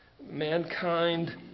Mankind